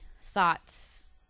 thoughts